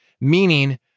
meaning